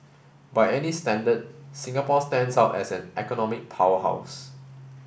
by any standard Singapore stands out as an economic powerhouse